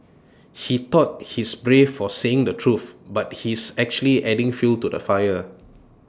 he thought he's brave for saying the truth but he's actually adding fuel to the fire